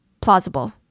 plausible